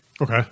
Okay